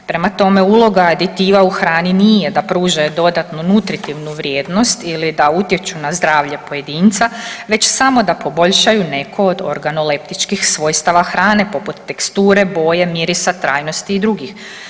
Prema tome, uloga aditiva u hrani nije da pružaju dodatnu nutritivnu vrijednost ili da utječu na zdravlje pojedinca, već samo da poboljšaju neko od organoleptičkih svojstava hrane poput teksture, boje, mirisa, trajnosti i drugih.